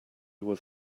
was